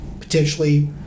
potentially